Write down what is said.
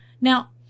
Now